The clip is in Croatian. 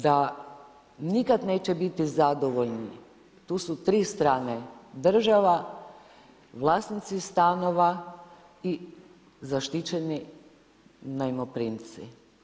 Da nikad neće biti zadovoljni, tu su tri strane, država, vlasnici stanova i zaštićeni najmoprimci.